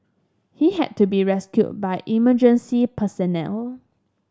he had to be rescued by emergency personnel